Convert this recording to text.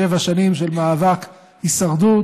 שבע שנים של מאבק הישרדות